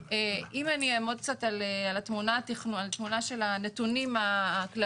אם אני אעמוד קצת על תמונה של הנתונים הכלליים,